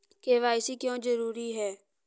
KYC क्यों जरूरी है?